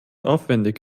aufwendig